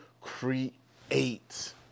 create